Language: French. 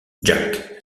jack